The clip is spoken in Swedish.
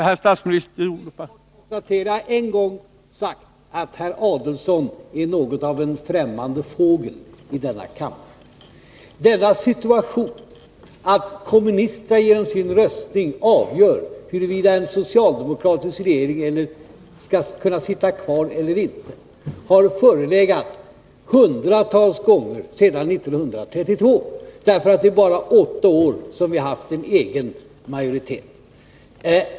Herr talman! Låt mig helt kort konstatera att jag en gång har sagt att herr Adelsohn är något av en främmande fågel i denna kammare. Denna situation, att kommunisterna genom sin röstning avgör huruvida en socialdemokratisk regering skall kunna sitta kvar eller inte, har förelegat hundratals gånger sedan 1932. Det är bara åtta år som vi har haft en egen majoritet.